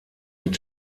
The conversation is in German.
mit